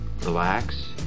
relax